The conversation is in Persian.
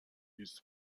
لیز